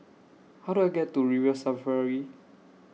How Do I get to River Safari